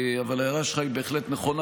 אבל ההערה שלך היא בהחלט נכונה.